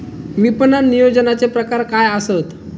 विपणन नियोजनाचे प्रकार काय आसत?